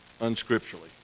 unscripturally